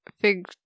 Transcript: fig